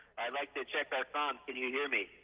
i'd like to check our coms. can you hear me?